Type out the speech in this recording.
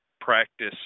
practice